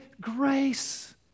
grace